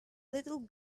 little